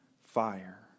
fire